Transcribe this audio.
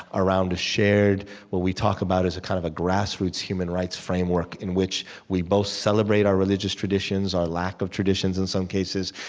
around a shared what we talk about is a kind of a grassroots human rights framework in which we both celebrate our religious traditions, our lack of traditions in some cases,